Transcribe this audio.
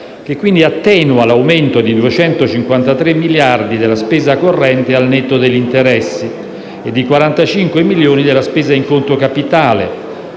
che quindi attenua l'aumento di 253 milioni della spesa corrente al netto degli interessi e di 45 milioni della spesa in conto capitale;